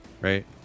Right